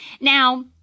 Now